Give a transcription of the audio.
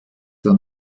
der